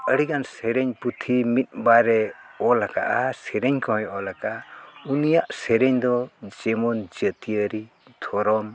ᱟᱹᱰᱤᱜᱟᱱ ᱥᱮᱨᱮᱧ ᱯᱩᱛᱷᱤ ᱢᱤᱫ ᱵᱟᱨᱮ ᱚᱞ ᱟᱠᱟᱫᱼᱟ ᱥᱮᱨᱮᱧ ᱠᱚᱦᱚᱸᱭ ᱚᱞ ᱟᱠᱟᱫᱼᱟ ᱩᱱᱤᱭᱟᱜ ᱥᱮᱨᱮᱧ ᱫᱚ ᱡᱮᱢᱚᱱ ᱡᱟᱹᱛᱤᱭᱟᱹᱨᱤ ᱫᱷᱚᱨᱚᱢ